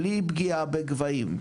בלי פגיעה בגבהים,